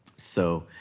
so,